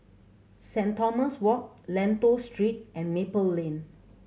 Saint Thomas Walk Lentor Street and Maple Lane